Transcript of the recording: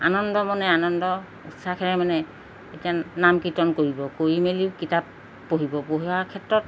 আনন্দ মনে আনন্দ উৎসাহেৰে মানে এতিয়া নাম কীৰ্তন কৰিব কৰি মেলিও কিতাপ পঢ়িব পঢ়োৱাৰ ক্ষেত্ৰত